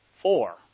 Four